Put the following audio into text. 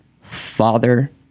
Father